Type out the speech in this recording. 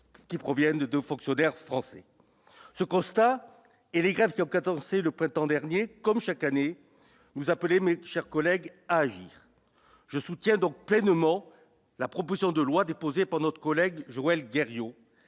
qui proviennent de fonctionnaires français ce constat et les grèves qui ont 4 ans c'est le printemps dernier, comme chaque année, nous appeler mais, chers collègues, agir, je soutiens donc pleinement la proposition de loi déposée par notre collègue Joël guerrier